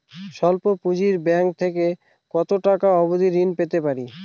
স্বল্প পুঁজির ব্যাংক থেকে কত টাকা অবধি ঋণ পেতে পারি?